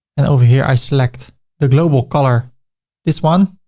and over here, i select the global color this one